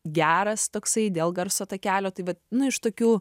geras toksai dėl garso takelio tai vat nu iš tokių